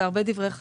בהרבה דברי החקיקה,